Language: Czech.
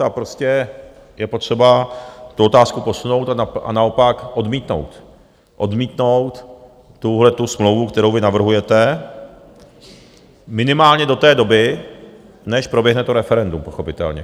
A je potřeba tu otázku posunout a naopak odmítnout, odmítnout tuhletu smlouvu, kterou vy navrhujete, minimálně do té doby, než proběhne to referendum, pochopitelně.